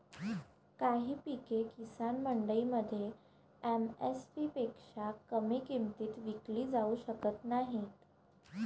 काही पिके किसान मंडईमध्ये एम.एस.पी पेक्षा कमी किमतीत विकली जाऊ शकत नाहीत